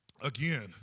again